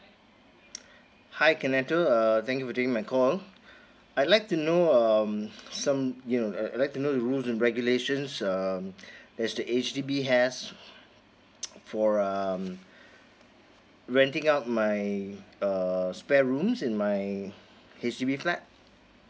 hi can I do uh thank you for taking my call I'd like to know um some you know I'd like to know the rules and regulations um that the H_D_B has for um renting out my err spare rooms in my H_D_B flat